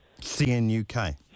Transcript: C-N-U-K